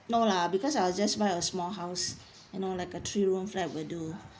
no lah because I'll just buy a small house you know like a three room flat will do uh